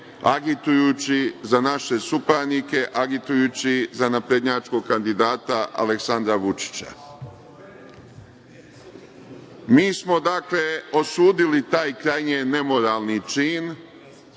agitujući za naše suparnike, agitujući za naprednjačkog kandidata Aleksandra Vučića? Mi smo, dakle, osudili taj krajnje nemoralni čin,